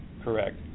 Correct